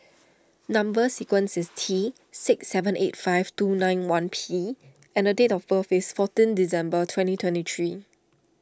Number Sequence is T six seven eight five two nine one P and date of birth is fourteen December twenty twenty three